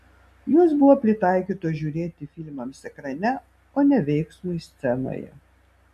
jos buvo pritaikytos žiūrėti filmams ekrane o ne veiksmui scenoje